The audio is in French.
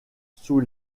sous